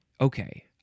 okay